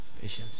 Patience